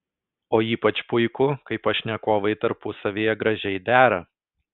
o ypač puiku kai pašnekovai tarpusavyje gražiai dera